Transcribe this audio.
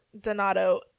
donato